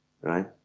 right